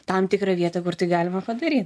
tam tikrą vietą kur tai galima padaryt